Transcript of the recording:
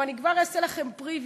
אני כבר אעשה לכם preview,